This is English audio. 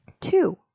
Two